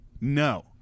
No